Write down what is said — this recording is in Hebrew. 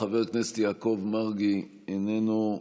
חבר הכנסת יעקב מרגי, איננו.